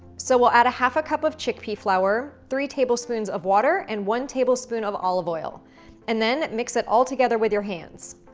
so we'll add a half a cup of chickpea flour, three tablespoons of water and one tablespoon of olive oil and then, mix it all together with your hands.